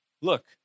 Look